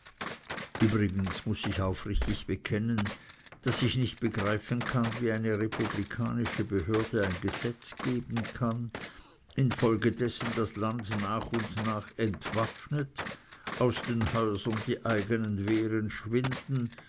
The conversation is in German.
übrigens muß ich aufrichtig bekennen daß ich nicht begreifen kann wie eine republikanische behörde ein gesetz geben kann infolge dessen das land nach und nach entwaffnet aus den häusern die eigenen wehren schwinden